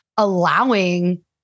allowing